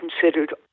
considered